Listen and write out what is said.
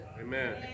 Amen